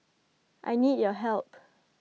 I need your help